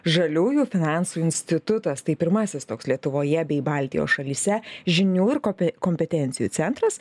žaliųjų finansų institutas tai pirmasis toks lietuvoje bei baltijos šalyse žinių ir kope kompetencijų centras